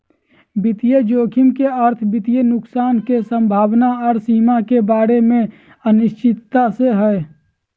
वित्तीय जोखिम के अर्थ वित्तीय नुकसान के संभावना आर सीमा के बारे मे अनिश्चितता से हय